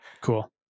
cool